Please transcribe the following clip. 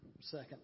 second